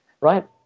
right